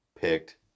picked